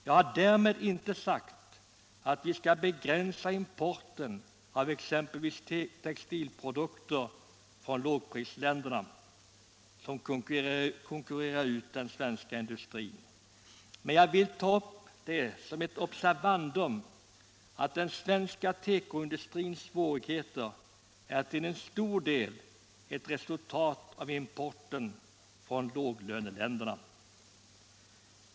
Jag har därmed inte sagt att vi skall begränsa importen av exempelvis textilprodukter från lågprisländer som konkurrerar ut den svenska industrin, men jag vill ta upp det som ett observandum att den svenska tekoindustrins svårigheter till stor del är ett resultat av importen från låglöneländerna.